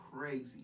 crazy